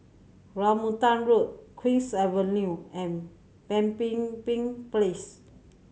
Rambutan Road Queen's Avenue and Pemimpin Bin Place